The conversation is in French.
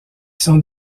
sont